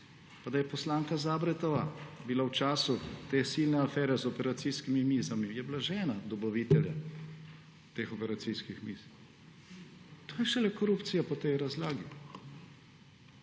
Pa da je poslanka Zabretova bila v času te silne afere z operacijskimi mizami bila žena dobavitelja teh operacijskih miz. To je šele korupcija po tej razlagali.